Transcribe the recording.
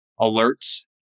alerts